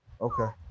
Okay